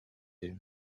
him